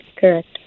Correct